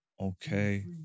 Okay